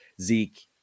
Zeke